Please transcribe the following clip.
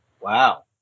Wow